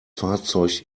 fahrzeug